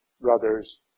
brothers